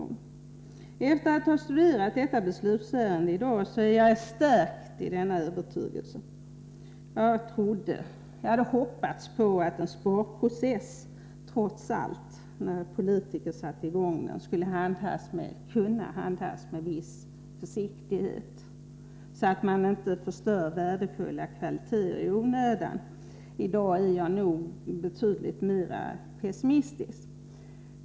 Efter att ha studerat dagens ärende är jag stärkt i denna övertygelse. Jag hade hoppats att en sparprocess trots allt skulle kunna handhas med viss försiktighet av politiker, så att man inte förstör värdefulla kvaliteter i onödan. I dag är jag nog betydligt mer pessimistisk.